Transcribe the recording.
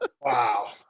Wow